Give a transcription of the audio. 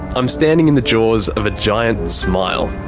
i'm standing in the jaws of a giant smile.